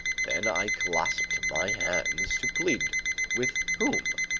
then i clasped my hands to plead with whom?